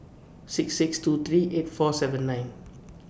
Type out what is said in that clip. six six two three eight four seven nine